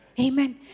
Amen